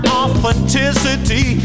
authenticity